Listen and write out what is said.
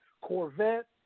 Corvette